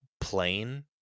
plain